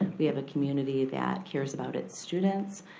we have a community that cares about its students,